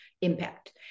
impact